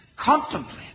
contemplate